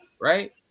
right